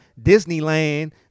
Disneyland